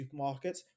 supermarkets